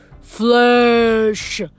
Flesh